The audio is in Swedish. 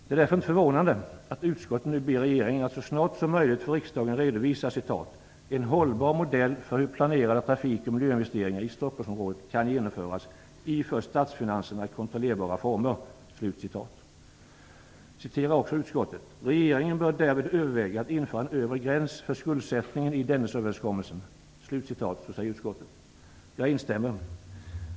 Det är därför inte förvånande att utskottet nu ber regeringen att så snart som möjligt för riksdagen redovisa "en hållbar modell för hur planerade trafikoch miljöinvesteringar i Stockholmsområdet kan genomföras i för statsfinanserna kontrollerbara former". "Regeringen bör därvid överväga att införa en övre gräns för skuldsättningen i Dennisöverenskommelsen." Så säger utskottet. Jag instämmer.